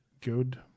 good